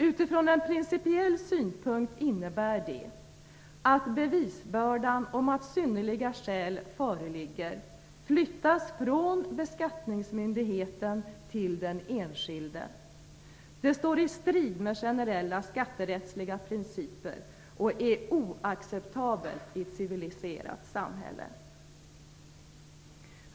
Utifrån en principiell synpunkt innebär det att bevisbördan för att synnerliga skäl föreligger flyttas från beskattningsmyndigheten till den enskilde. Det står i strid med generella skatterättsliga principer och är oacceptabelt i ett civiliserat samhälle.